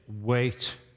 wait